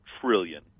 trillion